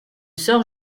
sœur